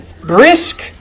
brisk